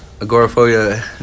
Agoraphobia